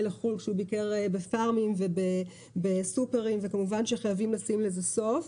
לחו"ל כשהוא ביקר בפארמים ובסופרים וכמובן שחייבים לשים לזה סוף.